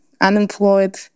unemployed